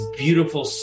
beautiful